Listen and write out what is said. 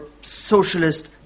socialist